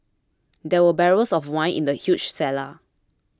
there were barrels of wine in the huge cellar